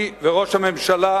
אני וראש הממשלה,